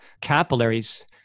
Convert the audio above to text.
capillaries